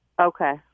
Okay